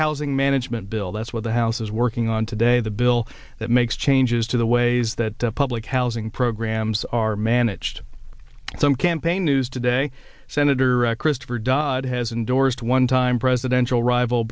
housing management bill that's what the house is working on today the bill that makes changes to the ways that public housing programs are managed some campaign news today senator christopher dodd has endorsed one time presidential rival